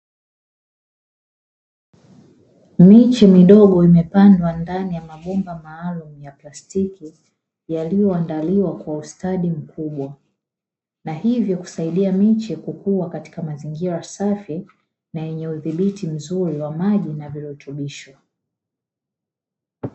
Miche midogo imepandwa ndani ya mabomba maalumu ya plastiki yaliyoandaliwa kwa ustadi mkubwa na hivyo kusaidia miche kukua katika mazingira safi na yenye udhibiti mzuri wa maji na virutubisho.